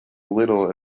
little